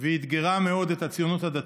ואתגרה מאוד את הציונות הדתית.